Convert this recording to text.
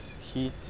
heat